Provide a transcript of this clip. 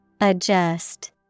Adjust